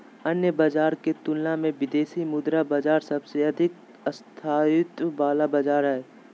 अन्य बाजार के तुलना मे विदेशी मुद्रा बाजार सबसे अधिक स्थायित्व वाला बाजार हय